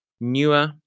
Newer